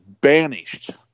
banished